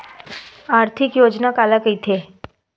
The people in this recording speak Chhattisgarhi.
आर्थिक योजना काला कइथे?